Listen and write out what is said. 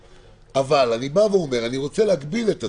אבל אני בא ואומר: אני רוצה להגביל את עצמי,